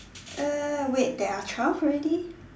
uh wait there are twelve already